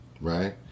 right